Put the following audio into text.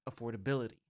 affordability